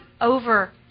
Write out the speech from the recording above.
over